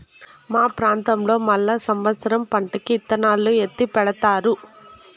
మా ప్రాంతంలో మళ్ళా సమత్సరం పంటకి ఇత్తనాలు ఎత్తిపెడతారు